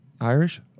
Irish